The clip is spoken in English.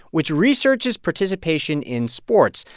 which researches participation in sports.